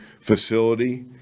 facility